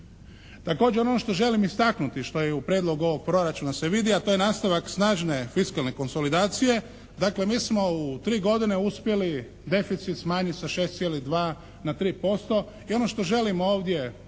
Također ono što želim istaknuti, što je u prijedlogu ovog proračuna se vidi, a to je nastavak snažne, fiskalne konsolidacije. Dakle mi smo u tri godine uspjeli deficit smanjiti sa 6,2 na 3%. I ono što želim ovdje